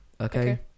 Okay